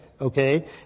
Okay